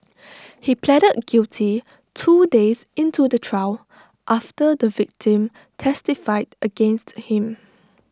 he pleaded guilty two days into the trial after the victim testified against him